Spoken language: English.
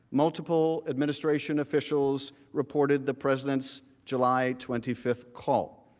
multiple administration officials reported the presidents july twenty five call.